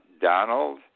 Donald